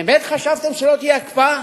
באמת חשבתם שלא תהיה הקפאה?